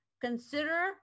Consider